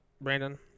Brandon